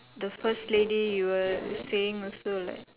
the first lady you were saying also like